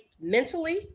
mentally